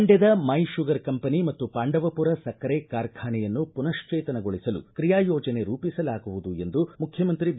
ಮಂಡ್ಕದ my sugar company ಮತ್ತು ಪಾಂಡವಪುರ ಸಕ್ಕರೆ ಕಾರ್ಖಾನೆಯನ್ನು ಪುನಃಶ್ವೇತನಗೊಳಸಲು ಕ್ರಿಯಾ ಯೋಜನೆ ರೂಪಿಸಲಾಗುವುದು ಎಂದು ಮುಖ್ಯಮಂತ್ರಿ ಬಿ